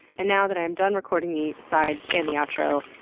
and now that i'm done recording the asides and the outro,